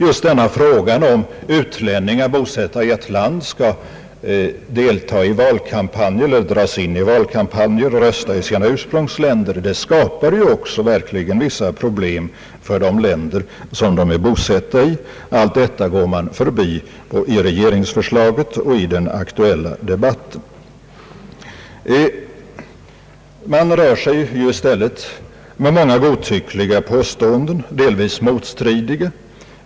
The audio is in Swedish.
Just denna fråga om utlänningar bosatta i ett land skall delta i valkampanjer eller dras in i valpropaganda och rösta i sina ursprungsländer skapar verkligen vissa problem för de länder som de är bosatta i. Allt detta går man förbi i regeringsförslaget och i den aktuella debatten. Man rör sig i stället med många godtyckliga påståenden, delvis motstridiga.